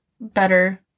better